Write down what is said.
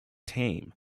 tame